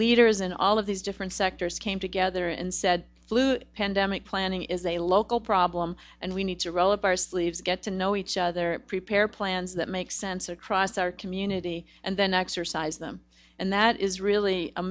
leaders in all of these different sectors came together and said flu pandemic planning is a local problem and we need to roll up our sleeves get to know each other prepare plans that make sense across our community and then exercise them and that is really a